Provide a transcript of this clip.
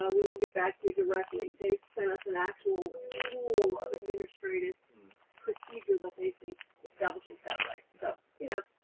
ah we will get back to you directly. they've sent us an actual rule of administrative procedure that they think establishes that right. so, you know,